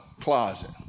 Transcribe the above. closet